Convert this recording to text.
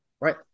Right